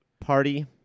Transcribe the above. party